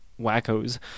wackos